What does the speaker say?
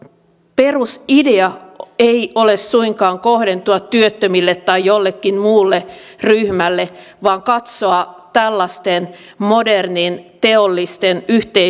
perusidea ei ole suinkaan kohdentua työttömille tai jollekin muulle ryhmälle vaan katsoa tällaisten modernien teollisten